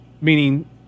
meaning